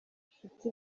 nshuti